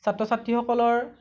ছাত্ৰ ছাত্ৰীসকলৰ